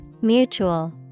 Mutual